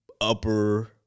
upper